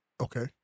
Okay